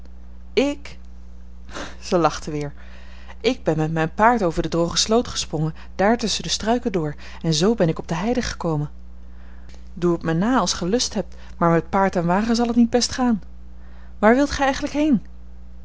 ik zij lachte weer ik ben met mijn paard over de droge sloot gesprongen daar tusschen de struiken door en zoo ben ik op de heide gekomen doe het mij na als gij lust hebt maar met paard en wagen zal het niet best gaan waar wilt gij eigenlijk heen